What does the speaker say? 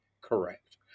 correct